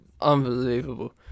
Unbelievable